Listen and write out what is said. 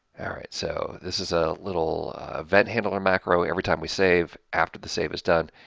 alright, so this is a little event-handler macro, every time we save, after the save is done,